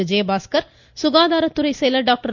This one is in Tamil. விஜயபாஸ்கர் சுகாதாரத் துறை செயலர் டாக்டர்